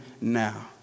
now